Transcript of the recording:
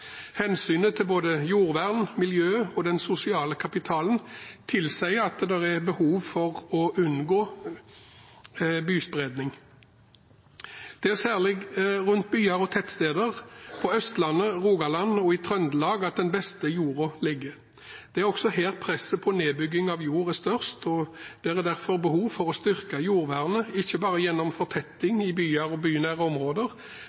Hensynet til både jordvern, miljø og den sosiale kapitalen tilsier at det er behov for å unngå byspredning. Det er særlig rundt byer og tettsteder på Østlandet, i Rogaland og Trøndelag at den beste jorden ligger. Det er også her presset på nedbygging av jord er størst. Det er derfor behov for å styrke jordvernet, ikke bare gjennom fortetting i byer og bynære områder,